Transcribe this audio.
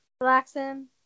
Relaxing